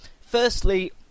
firstly